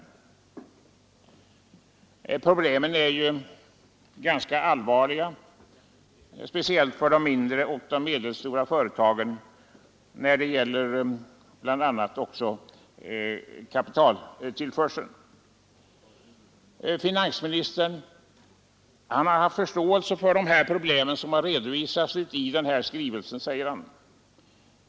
Problemen är ju ganska allvarliga, speciellt för de mindre och medelstora företagen när det gäller bl.a. kapitaltillförseln. Finansministern har haft förståelse för de problem som redovisas i skrivelsen, säger han.